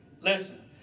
listen